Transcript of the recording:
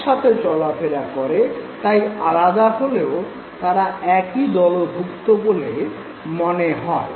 একসাথে চলাফেরা করে তাই আলাদা হলেও তাদের একই দলভূক্ত বলে মনে হয়